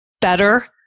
better